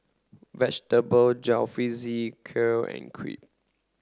vegetable Jalfrezi Kheer and Crepe